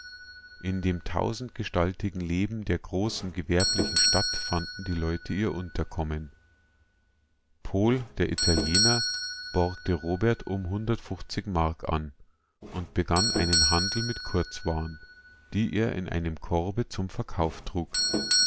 in dem tausendgestaltigen leben der großen gewerblichen stadt fanden die leute ihr unterkommen pohl der italiener borgte robert um mark an und begann einen handel mit kurzwaren die er in einem korbe zum verkauf trug